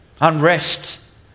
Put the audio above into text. Unrest